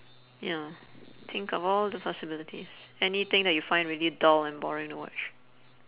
ya think of all the possibilities anything that you find really dull and boring to watch